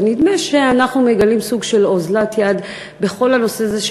ונדמה שאנחנו מגלים סוג של אוזלת יד בכל הנושא הזה,